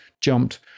jumped